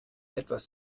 etwas